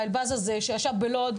שישב בלוד,